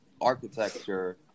architecture